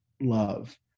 love